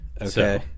Okay